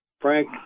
Frank